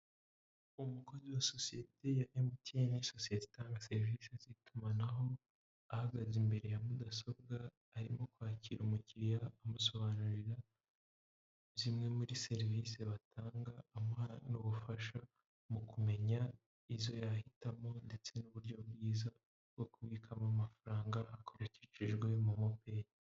Umukozi wa sosiyete ya MTN ni sosiye itanga serivise z'itumanaho ahagaze imbere ya mudasobwa arimo kwakira umukiriya amusobanurira zimwe muri serivise batanga, amuha n'ubufasha mu kumenya izo yahitamo ndetse n'uburyo bwiza bwo kubikamo amafaranga akoreshereshejwe momopeyi.